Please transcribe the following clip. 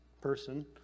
person